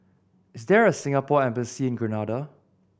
is there a Singapore Embassy in Grenada